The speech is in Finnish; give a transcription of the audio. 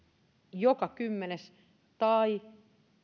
joka kymmenes tai